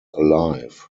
alive